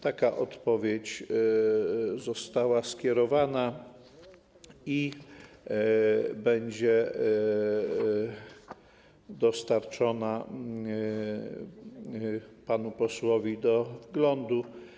Taka odpowiedź została skierowana i będzie dostarczona panu posłowi do wglądu.